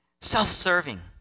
Self-serving